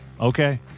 Okay